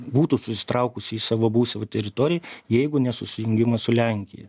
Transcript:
būtų susitraukusi į savo buvusią va teritoriją jeigu ne susijungimas su lenkija